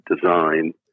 design